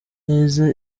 neza